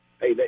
hey